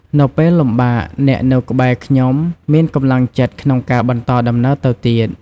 នៅពេលលំបាកអ្នកនៅក្បែរខ្ញុំមានកម្លាំងចិត្តក្នុងការបន្តដំណើរទៅទៀត។